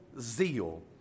zeal